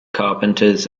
carpenters